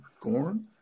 Gorn